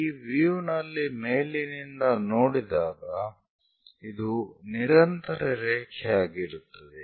ಈ ವ್ಯೂ ನಲ್ಲಿ ಮೇಲಿನಿಂದ ನೋಡಿದಾಗ ಇದು ನಿರಂತರ ರೇಖೆಯಾಗಿರುತ್ತದೆ